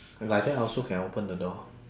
like that also can open the door